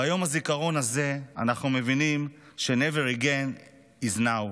ביום הזיכרון הזה אנחנו מבינים ש-never again is now,